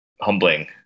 humbling